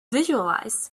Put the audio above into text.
visualized